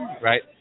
Right